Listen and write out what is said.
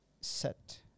set